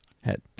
Head